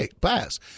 pass